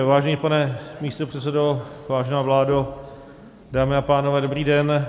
Vážený pane místopředsedo, vážená vládo, dámy a pánové, dobrý den.